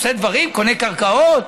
עושה דברים, קונה קרקעות,